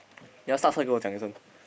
you want start so 给我讲一声